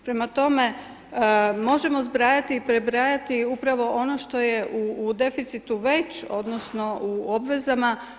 Prema tome, možemo zbrajati i prebrajati upravo ono što je u deficitu već, odnosno u obvezama.